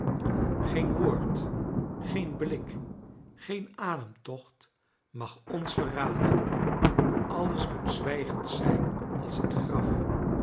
geen woord geen blik geen ademtocht mag ons verraden alles moet zwijgend zijn als het graf